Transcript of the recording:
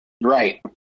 Right